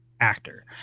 actor